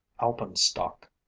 alpenstock